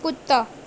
کتا